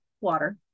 water